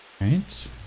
Right